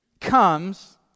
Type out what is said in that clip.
comes